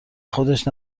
خودش